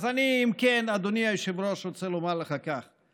אם כן, אדוני היושב-ראש, אני רוצה לומר לך כך: